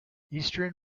easterly